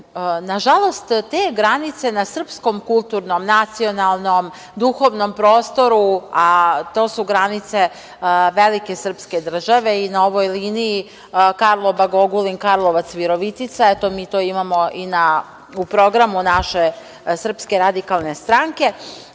Nažalost, te granice na srpskom kulturnom, nacionalnom duhovnom prostoru, a to su granice velike srpske države. I na ovoj liniji Karlobag-Ogulin-Karlovac-Virovitica, eto, mi to imamo i u programu naše SRS.Dakle, to je